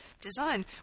design